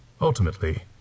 Ultimately